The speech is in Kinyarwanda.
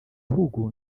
ibihugu